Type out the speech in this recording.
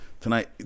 tonight